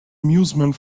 amusement